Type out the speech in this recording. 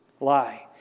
Lie